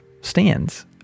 stands